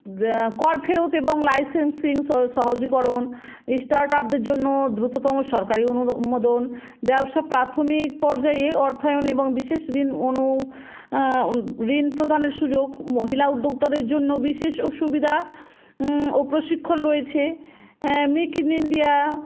কর ফেরত এবং লাইসেন্সিং সহজীকরণ স্টার্ট আপদের জন্য দ্রুততম সরকারি অনু অনুমোদন ব্যবসা প্রাথমিক পর্যায়ে অর্থায়ন এবং বিশেষ ঋণ অনু ঋণ প্রদানের সুযোগ মহিলা উদ্যোক্তাদের জন্য বিশেষ সুবিধা ও প্রশিক্ষণ রয়েছে মেক ইন ইন্ডিয়া